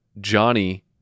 Johnny